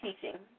teaching